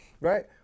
right